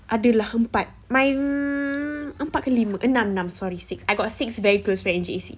ada lah empat my empat ke lima enam enam sorry six I got six very close friend in J_C